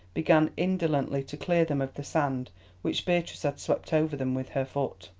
began indolently to clear them of the sand which beatrice had swept over them with her foot.